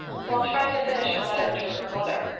while trying to finish her letter to her mother,